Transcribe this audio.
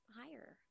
higher